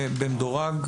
במדורג.